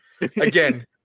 again